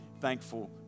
thankful